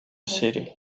city